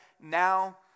now